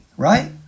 right